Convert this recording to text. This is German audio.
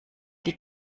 die